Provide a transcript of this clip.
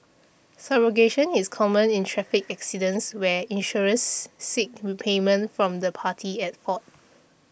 subrogation is common in traffic accidents where insurers seek repayment from the party at fault